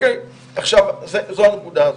זו הנקודה הזו.